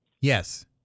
Yes